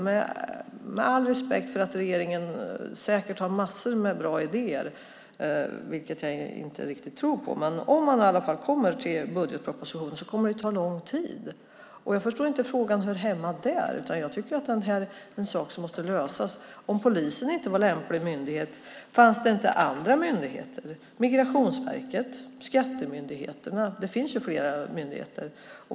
Med all respekt för att regeringen säkert har massor av bra idéer, vilket jag i och för sig inte riktigt tror på, och återkommer till frågan i budgetpropositionen, så kommer det att ta lång tid. Jag förstår inte hur frågan kan höra hemma där. Det här är en sak som måste lösas. Om polisen inte ansågs vara en lämplig myndighet, finns det då inte någon annan myndighet som Migrationsverket eller skattemyndigheterna? Det finns ju flera myndigheter.